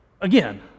again